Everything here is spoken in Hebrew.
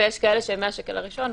ויש כאלה שמהשקל הראשון,